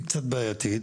היא קצת בעייתית,